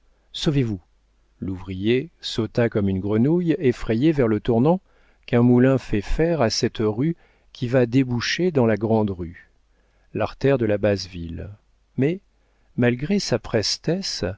sauvez-vous l'ouvrier sauta comme une grenouille effrayée vers le tournant qu'un moulin fait faire à cette rue qui va déboucher dans la grande rue l'artère de la basse ville mais malgré sa prestesse